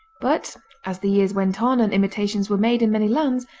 but as the years went on and imitations were made in many lands,